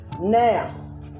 Now